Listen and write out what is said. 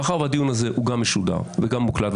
מאחר שהדיון הזה גם משודר וגם מוקלט,